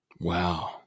Wow